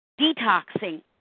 Detoxing